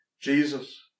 Jesus